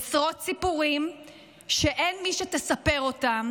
עשרות סיפורים שאין מי שתספר אותם,